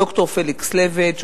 ד"ר פליקס לבד,